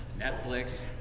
Netflix